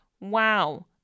Wow